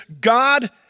God